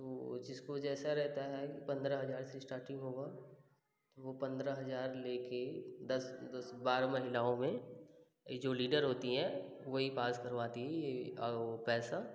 तो जिसको जैसा रहता है पंद्रह हजार से स्टार्टिंग होगा तो वो पंद्रह हजार ले के दस दस बारह महिलाओं में जो लीडर होती हैं वही पास करवाती हैं ये वो पैसा